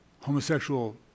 homosexual